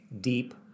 deep